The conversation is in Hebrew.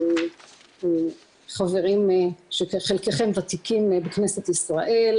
כחברים שחלקכם ותיקים בכנסת ישראל,